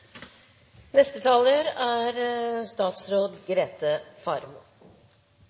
Neste taler er